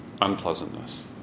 unpleasantness